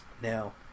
now